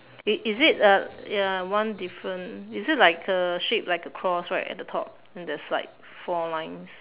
it is it uh uh one different is it like err shape like a cross right at the top and there's like four lines